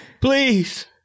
please